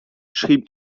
schrieb